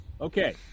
Okay